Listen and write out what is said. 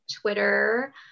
Twitter